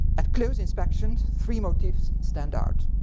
at close inspection three motifs stand out.